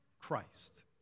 Christ